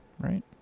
right